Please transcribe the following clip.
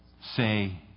say